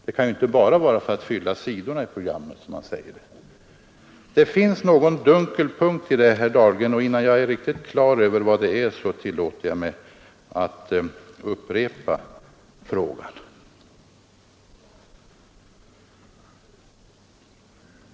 Det kan inte bara vara för att fylla sidorna, som man säger det i programmet. Det finns någon dunkel punkt här, herr Dahlgren, och innan jag fått riktigt klart för mig vad det är tillåter jag mig att upprepa frågan.